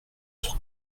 sur